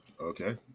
Okay